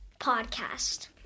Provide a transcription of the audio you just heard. podcast